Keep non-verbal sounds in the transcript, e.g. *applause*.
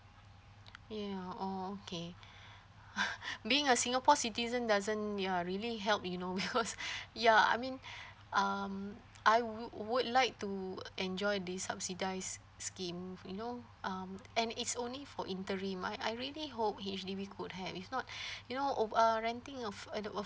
ya oh okay *laughs* being a singapore citizen doesn't ya really help you know because *laughs* ya I mean um I w~ would like to enjoy the subsidized s~ scheme you know um and it's only for interim I I really hope easily we could have if not you know o~ uh renting of a f~ at the of